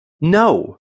No